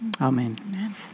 amen